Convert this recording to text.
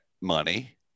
money